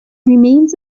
remains